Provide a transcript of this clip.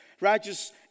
righteous